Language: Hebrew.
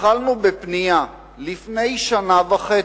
התחלנו בבנייה לפני שנה וחצי.